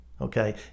Okay